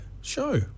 show